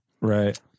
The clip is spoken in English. Right